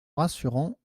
rassurant